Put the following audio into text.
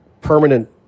permanent